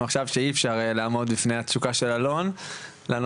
עכשיו שאי אפשר לעמוד בפני התשוקה של אלון לנושא,